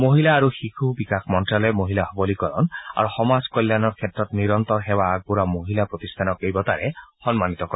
মহিলা আৰু শিশু বিকাশ মন্ত্যালয়ে মহিলা সবলীকৰণ আৰু সমাজ কল্যাণৰ ক্ষেত্ৰত নিৰন্তৰ সেৱা আগবঢ়োৱা মহিলা তথা প্ৰতিষ্ঠানসমূহক এই বঁটাৰে সন্মানিত কৰে